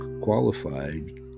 qualified